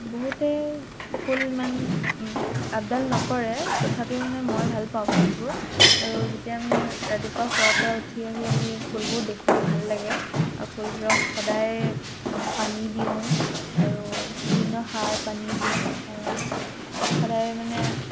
বহুতে ফুল ইমান আবডাল নকৰে তথাপিও মানে মই ভালপাওঁ ফুলবোৰ আৰু যেতিয়া আমি ৰাতিপুৱা শুৱাৰপৰা উঠি আহি আমি ফুলবোৰ দেখোঁ ভাল লাগে আৰু ফুলবোৰক সদায়েই পানী দিওঁ আৰু বিভিন্ন সাৰ পানী দিওঁ আৰু সদায় মানে